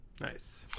Nice